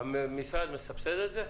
המשרד מסבסד את זה?